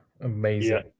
amazing